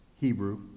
Hebrew